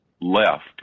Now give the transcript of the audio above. left